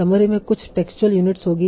summary में कुछ textual units होंगी